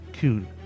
Kuhn